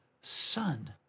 son